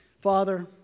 Father